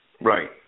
Right